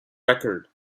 record